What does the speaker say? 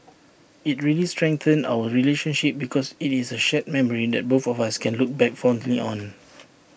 IT really strengthened our relationship because IT is A shared memory that both of us can look back fondly on